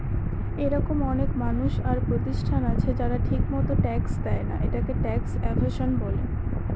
এরকম অনেক মানুষ আর প্রতিষ্ঠান আছে যারা ঠিকমত ট্যাক্স দেয়না, এটাকে ট্যাক্স এভাসন বলে